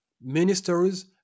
ministers